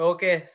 Okay